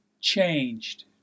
changed